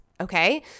Okay